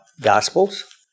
Gospels